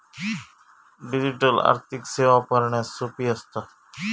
digital आर्थिक सेवा वापरण्यास सोपी असता